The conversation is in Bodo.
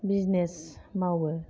बिजिनेस मावो